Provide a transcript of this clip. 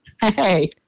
Hey